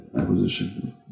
acquisition